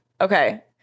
Okay